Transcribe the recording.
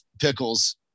pickles